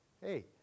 Hey